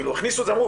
הכניסו את זה ואמרו